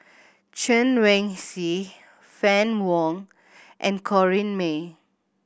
Chen Wen Hsi Fann Wong and Corrinne May